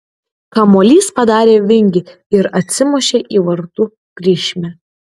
kamuolys padarė vingį ir atsimušė į vartų kryžmę